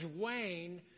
Wayne